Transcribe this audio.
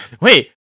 wait